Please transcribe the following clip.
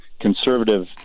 conservative